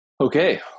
Okay